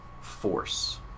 force